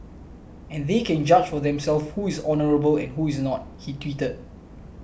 and they can judge for themselves who is honourable and who is not he tweeted